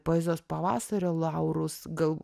poezijos pavasario laurus gal